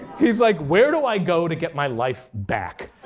he's like, where do i go to get my life back?